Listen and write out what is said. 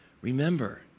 Remember